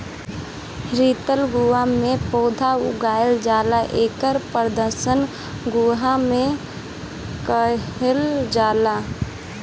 हरितगृह में पौधा उगावल जाला एके पादप गृह भी कहल जाला